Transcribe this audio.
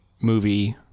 movie